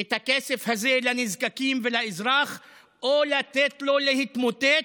את הכסף הזה לנזקקים ולאזרח או לתת לו להתמודד,